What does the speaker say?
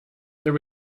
there